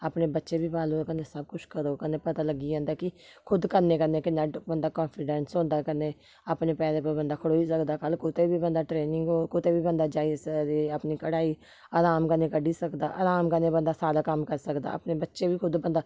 अपने बच्चे बी पालो ते कन्नै सब कुछ करो कन्नै पता लग्गी जंदा कि खुद करने कन्नै किन्ना बंदा कांफिडैंस होंदा कन्नै अपने पैरें पर बंदा खड़ोई सकदा कल्ल कुतै बी बंदा ट्रेनिंग हो कुतै बी बंदा जाई सकदी अपनी कढाई अराम कन्नै कड्ढी सकदा अराम कन्नै बंदा सारे कम्म करी सकदा अपने बच्चे बी खुद बंदा